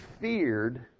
feared